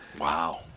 Wow